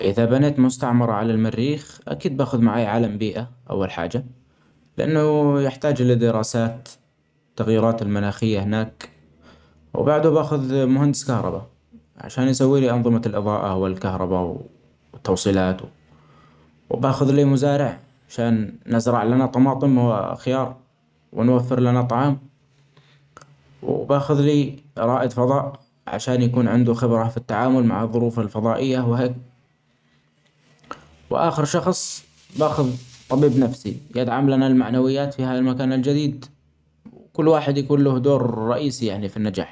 إذا بنيت مستعمرة علي المريخ أكيد باخد معاي علم بيئة أول حاجة ، لأنه يحتاح لدراسات التغيرات المناخية هناك، وبعده باخد معندس كهرباء عشان يسويلي أنظمة الإضاءه والكهرباء ووالتوصيلات وباخد لي مزارع عشان نزرع لنا طماطم وخيار ويوفر لنا طعام ، وباخذ لي رائد فظاء عشان يكون عندة خبرة في التعامل مع الظروف الفظائية وهيك ، وآخر شخص باحذ طبيب نفسي يدعم لنا المعنويات في ها المكان الجديد ، وكل واحد يكون له دور رئيسي يعني في النجاح.